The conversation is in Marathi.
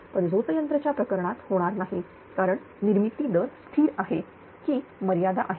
पण झोत यंत्र च्या प्रकरणात होणार नाही कारण निर्मिती दर स्थिर आहे की मर्यादा आहे